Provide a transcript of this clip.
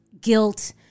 guilt